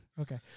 Okay